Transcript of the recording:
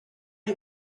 you